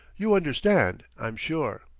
you understand, i'm sure.